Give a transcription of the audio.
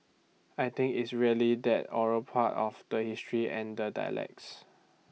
I think it's really that oral part of the history and the dialects